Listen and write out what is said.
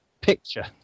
picture